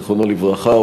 זיכרונו לברכה,